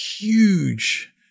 huge